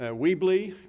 ah weebly.